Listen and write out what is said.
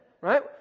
right